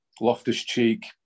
Loftus-Cheek